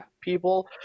people